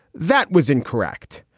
that was incorrect.